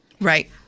Right